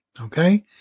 Okay